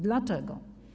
Dlaczego?